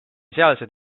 sealsed